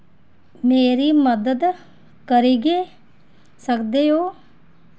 मेरी मदद करगी सकदे ओ